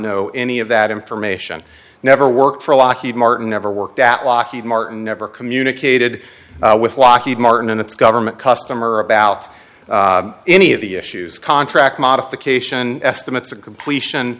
know any of that information never worked for lockheed martin never worked at lockheed martin never communicated with lockheed martin and its government customer about any of the issues contract modification estimates of completion